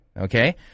Okay